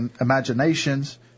imaginations